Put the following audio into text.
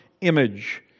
image